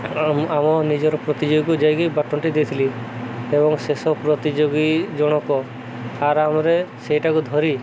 ଆମ ନିଜର ପ୍ରତିଯୋଗୀକୁ ଯାଇକି ବଟନଟି ଦେଇଥିଲି ଏବଂ ଶେଷ ପ୍ରତିଯୋଗୀ ଜଣକ ଆରାମରେ ସେଇଟାକୁ ଧରି